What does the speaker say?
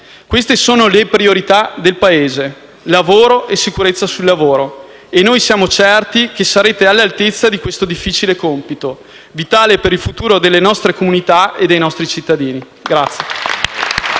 Queste sono le priorità del Paese: lavoro e sicurezza sul lavoro. E noi siamo certi che sarete all'altezza di questo difficile compito, vitale per il futuro delle nostre comunità e dei nostri cittadini.